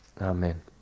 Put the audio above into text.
Amen